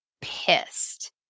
pissed